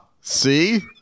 see